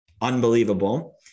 unbelievable